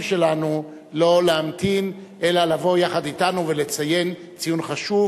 שלנו לא להמתין אלא לבוא יחד אתנו ולציין ציון חשוב.